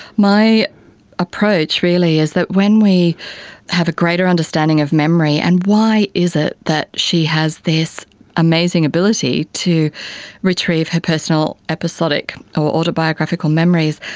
my approach really is that when we have a greater understanding of memory and why is it that she has this amazing ability to retrieve her personal episodic or autobiographical memories,